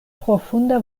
profunda